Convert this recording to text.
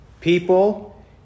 People